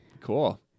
Cool